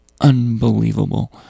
unbelievable